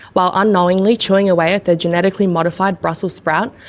while unknowingly chewing away at their genetically modified brussel sprout,